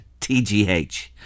TGH